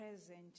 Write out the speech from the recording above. present